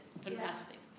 Fantastic